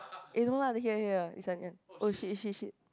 eh no lah here here here this one this one oh shit shit shit